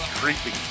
creepy